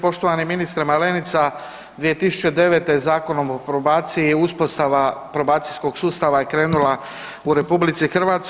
Poštovani ministre Malenica, 2009. je Zakonom o probaciji i uspostava probacijskog sustava je krenula u RH.